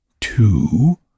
two